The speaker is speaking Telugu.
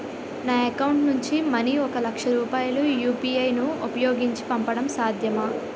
నా అకౌంట్ నుంచి మనీ ఒక లక్ష రూపాయలు యు.పి.ఐ ను ఉపయోగించి పంపడం సాధ్యమా?